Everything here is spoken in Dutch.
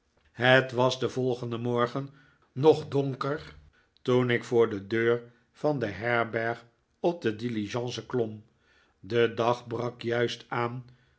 het was den volgenden morgen nog donker toen ik voor de deur van de herberg op de diligence klom de dag brak juist aan